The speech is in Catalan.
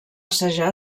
assajar